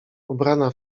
ubrana